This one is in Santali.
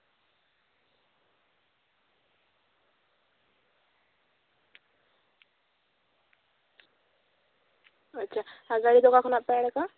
ᱟᱪᱪᱷᱟ ᱟᱨ ᱜᱟᱲᱤ ᱫᱚ ᱚᱠᱟ ᱠᱷᱚᱱᱟᱜ ᱯᱮ ᱟᱲᱟᱜᱟ